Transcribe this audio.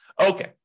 Okay